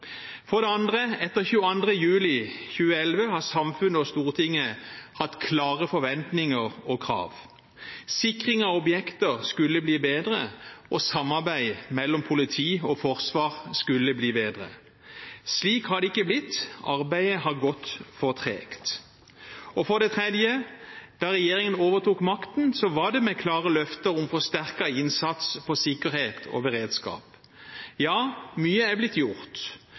For det andre: Etter 22. juli 2011 har samfunnet og Stortinget hatt klare forventninger og krav. Sikring av objekter skulle bli bedre, og samarbeidet mellom politi og forsvar skulle bli bedre. Slik har det ikke blitt, arbeidet har gått for tregt. For det tredje: Da regjeringen overtok makten, var det med klare løfter om forsterket innsats på sikkerhet og beredskap. Ja, mye har blitt gjort